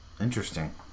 Interesting